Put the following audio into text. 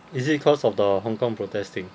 is it cause of the Hong-Kong protesting